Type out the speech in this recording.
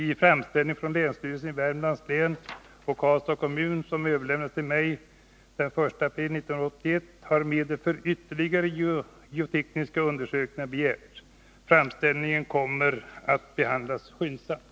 I en framställning från länsstyrelsen i Värmlands län och Karlstads kommun, som överlämnades till mig den 1 april 1981, har medel för ytterligare geotekniska undersökningar begärts. Framställningen kommer att behandlas skyndsamt.